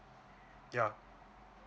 yeah